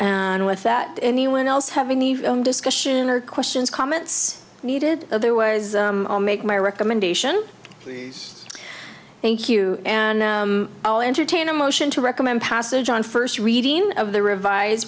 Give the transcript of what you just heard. and with that anyone else having the discussion or questions comments needed there was make my recommendation thank you and all entertain a motion to recommend passage on first reading of the revised